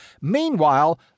Meanwhile